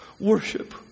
worship